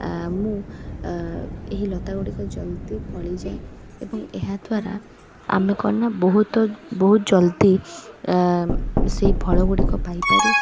ଆ ମୁଁ ଅ ଏହି ଲତାଗୁଡ଼ିକ ଜଲଦି ଫଳିଯାଏ ଏବଂ ଏହାଦ୍ୱାରା ଆମେ କ'ଣ ନା ବହୁତ ବହୁତ ଜଲଦି ସେଇ ଫଳଗୁଡ଼ିକ ପାଇପାରୁ